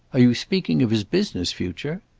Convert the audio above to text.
are you speaking of his business future?